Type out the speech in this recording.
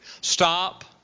Stop